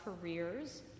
careers